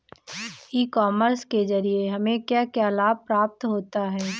ई commerce के ज़रिए हमें क्या क्या लाभ प्राप्त होता है?